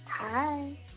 Hi